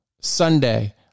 Sunday